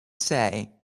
say